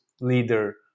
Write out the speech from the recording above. leader